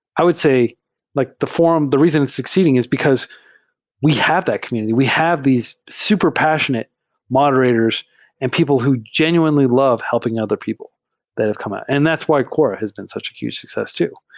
i would say like the forum, the reason it's succeeding is because we have that community, we have these super passionate moderators and people who genuinely love helping other people that have come at it. and that's why quora has been such a huge success too,